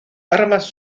armas